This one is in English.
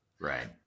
Right